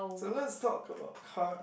so let's talk about car